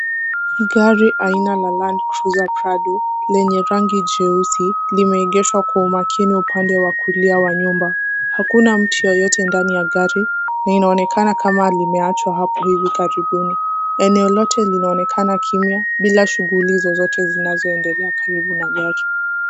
Gari aina la Land Cruizer Prado, lenye rangi jeusi, limeegeshwa kwa umakini upande wa kulia wa nyumba. Hakuna mtu yeyote ndani ya gari na inaonekana kama limeachwa hapo hivi karibuni. Eneo lote linaonekana kimya, bila shughuli zozote zinazoendelea karibu na gari.